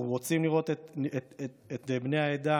אנחנו רוצים לראות את בני העדה